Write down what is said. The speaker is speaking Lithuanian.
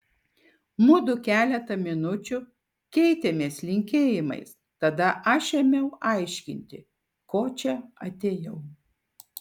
mudu keletą minučių keitėmės linkėjimais tada aš ėmiau aiškinti ko čia atėjau